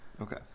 Okay